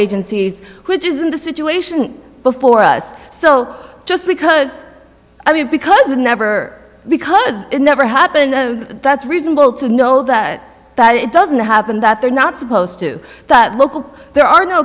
agencies which isn't the situation before us so just because i mean because it never because it never happened that's reasonable to know that it doesn't happen that they're not supposed to do that local there are no